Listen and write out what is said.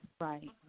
Right